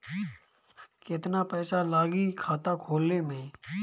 केतना पइसा लागी खाता खोले में?